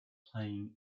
playing